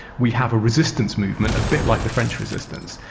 we have a resistance movement a bit like the french resistance,